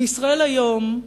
בישראל היום,